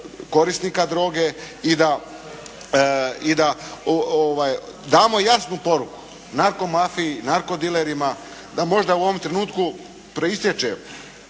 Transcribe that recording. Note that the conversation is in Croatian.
korisnika droge i da damo jasnu poruku narko mafiji, narko dilerima da možda u ovom trenutku proistječe